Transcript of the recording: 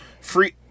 free